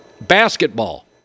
basketball